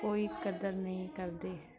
ਕੋਈ ਕਦਰ ਨਹੀਂ ਕਰਦੇ